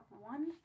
one